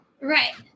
Right